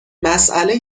مسئله